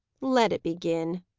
let it begin,